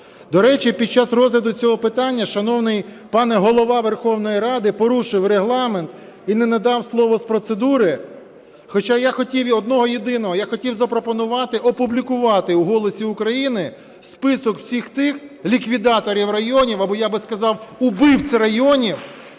До речі, під час розгляду цього питання шановний пан Голова Верховної Ради порушив Регламент і не надав слово з процедури. Хоча я хотів одного єдиного, я хотів запропонувати опублікувати у "Голосі України" список всіх тих ліквідаторів районів, або я би сказав, "убивць" районів,